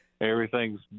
everything's